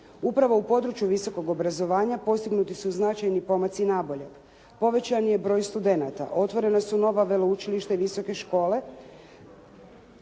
Upravo u području visokog obrazovanja postignuti su značajni pomaci na bolje, povećan je broj studenata, otvorena su nova veleučilišta i visoke škole